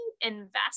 invest